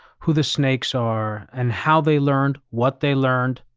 who the snakes are, and how they learned what they learned,